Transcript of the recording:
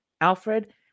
Alfred